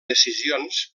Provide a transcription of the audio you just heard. decisions